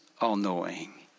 all-knowing